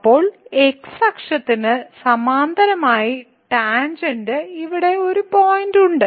അപ്പോൾ x അക്ഷത്തിന് സമാന്തരമായി ടാൻജെന്റ് ഇവിടെ ഒരു പോയിന്റ് c ഉണ്ട്